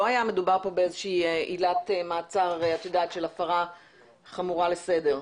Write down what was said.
לא היה מדובר כאן באיזושהי עילת מעצר של הפרה חמורה של הסדר.